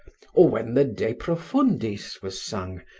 or when the de profundis was sung,